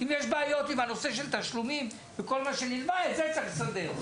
אם יש בעיות עם הנושא של תשלומים וכל מה שנלווה את זה צריך לסדר.